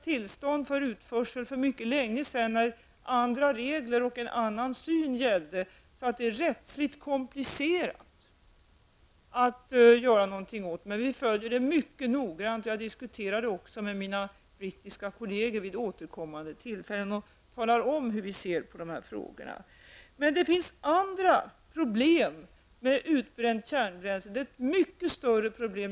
Tillstånd för utförsel beviljades för mycket länge sedan, när andra regler och en annan syn gällde. Det är därför rättsligt komplicerat att göra någonting åt detta. Men vi följer frågan mycket noggrant, och jag diskuterar den också vid återkommande tillfällen med mina brittiska kolleger och talar då om hur vi ser på frågan. Det finns emellertid andra problem med utbränt kärnbränsle, problem som är mycket större.